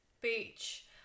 Beach